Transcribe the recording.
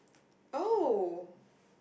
oh